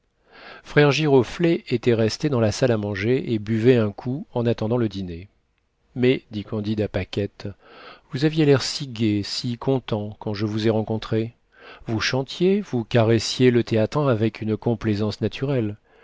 frère giroflée était resté dans la salle à manger et buvait un coup en attendant le dîner mais dit candide à paquette vous aviez l'air si gai si content quand je vous ai rencontrée vous chantiez vous caressiez le théatin avec une complaisance naturelle